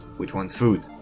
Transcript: which wants food.